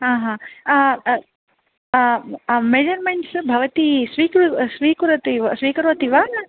अ ह मेज़र्मेण्ट्स् भवती स्वीकरोति वा न